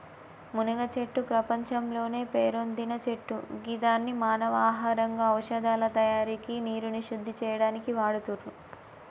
మునగచెట్టు ప్రపంచంలోనే పేరొందిన చెట్టు గిదాన్ని మానవ ఆహారంగా ఔషదాల తయారికి నీరుని శుద్ది చేయనీకి వాడుతుర్రు